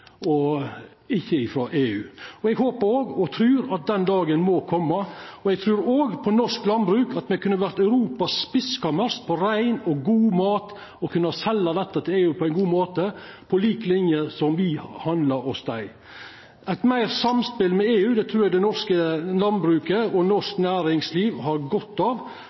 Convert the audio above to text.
og ikkje frå EU. Eg håpar og trur òg at den dagen må koma, og eg trur òg på norsk landbruk, at me kunne vore Europas spiskammers med rein og god mat og kunne selt dette til EU på ein god måte, på lik linje som at me handlar hos dei. Meir samspel med EU trur eg det norske landbruket og norsk næringsliv har godt av,